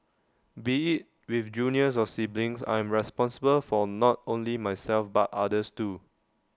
be IT with juniors or siblings I'm responsible for not only myself but others too